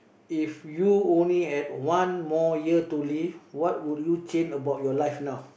if you only had one more year to live what would you change about your life now